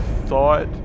thought